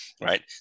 right